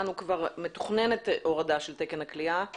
כבר מתוכננת הורדה של תקן הכליאה ל-13,000.